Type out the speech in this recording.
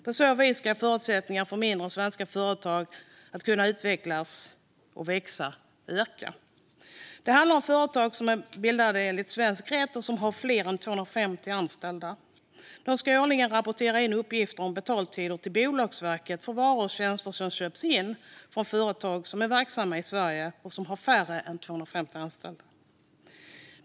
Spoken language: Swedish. På så vis ska förutsättningar för mindre svenska företag att utvecklas och växa öka. Det handlar om företag som är bildade enligt svensk rätt och som har fler än 250 anställda. De ska årligen rapportera in uppgifter om betaltider till Bolagsverket för varor och tjänster som köps in från företag som är verksamma i Sverige och som har färre än 250 anställda.